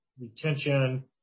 retention